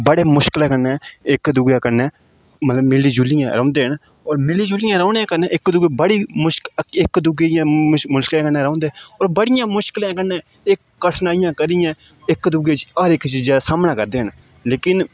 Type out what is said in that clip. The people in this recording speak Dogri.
बड़े मुश्कलें कन्नै इक्क दूऐ कन्नै मतलब मिली जुलियै रौह्न्दे न होर मिली जुलियै रौह्ने कन्नै इक दूऐ बड़ी मुश्कलें इक दूऐ मुश्कलें मुश्कलें कन्नै रौहंदे होर बड़ियें मुश्कलें कन्नै एह् कठनाइयां करियै इक दूऐ हर चीज़ा सामना करदे न लेकिन